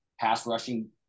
pass-rushing